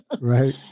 Right